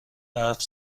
برف